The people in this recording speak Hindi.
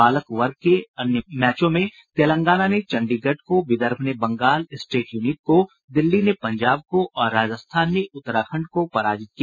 बालक वर्ग के अन्य मैचों में तेलंगाना ने चंडीगढ़ को विदर्भ ने बंगाल स्टेट यूनिट को दिल्ली ने पंजाब को और राजस्थान ने उत्तराखंड को पराजित किया